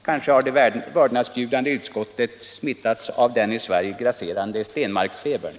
Kanske har det vördnadsbjudande utskottet smittats av den i Sverige grasserande Stenmarksfebern.